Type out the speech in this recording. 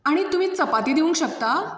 आनी तुमी चपाती दिवंक शकता